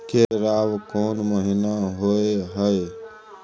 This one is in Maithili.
केराव कोन महीना होय हय?